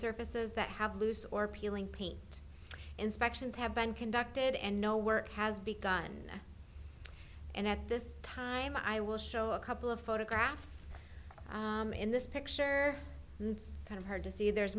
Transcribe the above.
surfaces that have loose or peeling paint inspections have been conducted and no work has begun and at this time i will show a couple of photographs in this picture it's kind of hard to see there's